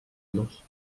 los